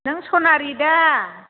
नों सनारि दा